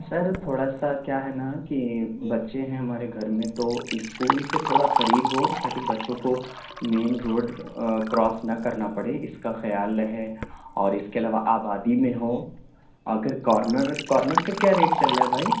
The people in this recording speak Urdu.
سر تھوڑا سا کیا ہے نا کہ بچے ہیں ہمارے گھر میں تو اسکول سے تھوڑا قریب ہو تاکہ بچوں کو مین روڈ کراس نہ کرنا پڑے اِس کا خیال رہے اور اِس کے علاوہ آبادی میں ہو اگر کارنر کارنر کے کیا ریٹ چل رہا ہے بھائی